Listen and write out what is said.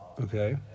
Okay